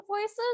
voices